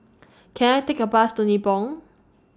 Can I Take A Bus to Nibong